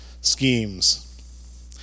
schemes